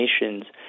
nations